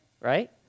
right